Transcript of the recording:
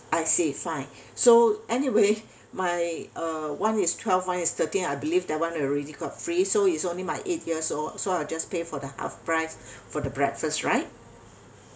I see fine so anyway my uh one is twelve one is thirteen I believe that one already got free so it's only my eight years old so I'll just pay for the half price for the breakfast right